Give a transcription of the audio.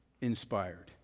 inspired